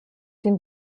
den